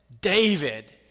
David